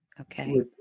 Okay